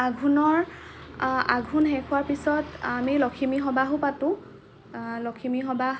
আঘোণৰ আঘোণ শেষ হোৱাৰ পিছত আমি লখিমী সবাহো পাতোঁ লখিমী সবাহ